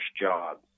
jobs